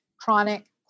chronic